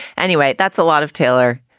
anyway, that's a lot of taylor,